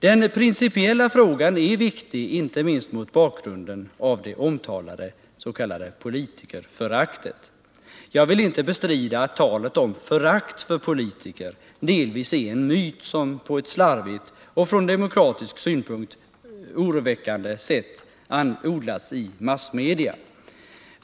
Den principiella frågan är viktig, inte minst mot bakgrund av det omtalade s.k. politikerföraktet. Jag vill inte bestrida att talet om förakt för politiker delvis är en myt, som på ett slarvigt och från demuikratisk synpunkt oroväckande sätt odlas i massmedia.